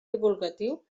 divulgatiu